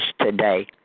today